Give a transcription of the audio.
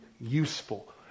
useful